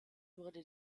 wurde